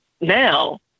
now